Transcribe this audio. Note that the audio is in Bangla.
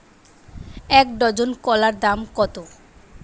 এক ডজন কলার দাম কত?